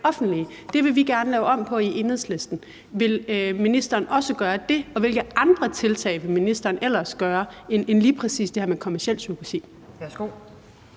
offentlige. Det vil vi gerne lave om på i Enhedslisten. Vil ministeren også gøre det? Og hvilke andre tiltag vil ministeren ellers tage end lige præcis det her med kommercielt surrogati?